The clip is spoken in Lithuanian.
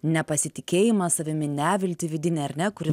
nepasitikėjimą savimi neviltį vidinę ar ne kuri